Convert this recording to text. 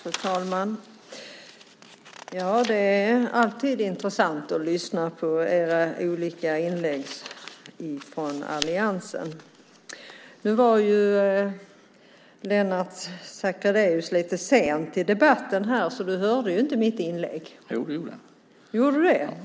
Fru talman! Det är alltid intressant att lyssna på era olika inlägg från alliansen. Nu kom ju Lennart Sacrédeus in lite sent i debatten, så han hörde inte mitt inlägg. : Jo, det gjorde jag.)